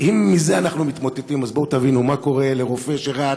אם מזה אנחנו מתמוטטים, תבינו מה קורה לרופא שרץ,